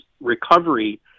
recovery